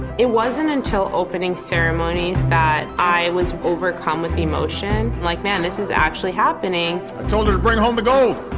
it wasn't until opening ceremonies that i was overcome with emotion. like, man, this is actually happening! i told her to bring home the gold!